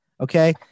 Okay